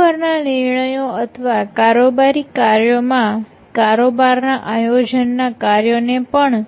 કારોબારના નિર્ણયો અથવા કારોબારી કાર્યો માં કારોબારના આયોજન ના કાર્યોને પણ